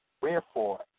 wherefore